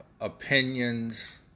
opinions